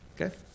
okay